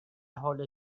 حال